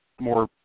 more